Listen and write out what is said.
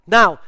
Now